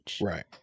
right